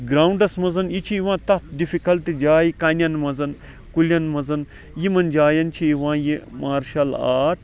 grounds مَنٛز یہِ چھُ یِوان تَتھ ڈِفِکلٹہ جایہِ کَنن مَنٛز کُلیٚن مَنٛز یِمَن جایَن چھُ یِوان یہِ مارشَل آرٹ